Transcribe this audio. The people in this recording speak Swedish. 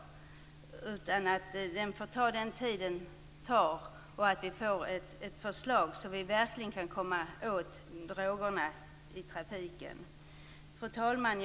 Det måste få ta den tid det tar så att vi får ett förslag där vi verkligen kan komma åt drogerna i trafiken. Fru talman!